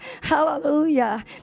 Hallelujah